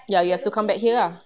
ya you have to come back here ah